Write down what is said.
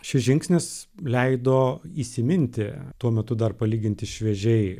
šis žingsnis leido įsiminti tuo metu dar palyginti šviežiai